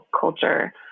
culture